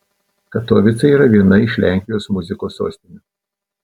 katovicai yra viena iš lenkijos muzikos sostinių